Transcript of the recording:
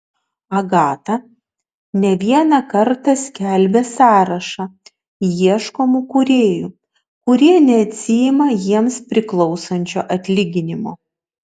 agata ne vieną kartą skelbė sąrašą ieškomų kūrėjų kurie neatsiima jiems priklausančio atlyginimo